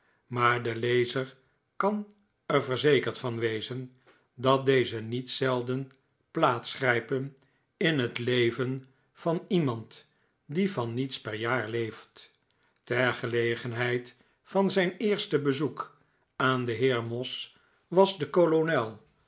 maar de lezer kan er verzekerd van wezen dat deze niet zelden plaatsgrijpen in het leven van iemand die van niets per jaar leeft ter gelegenheid van zijn eerste bezoek aan den heer moss was de kolonel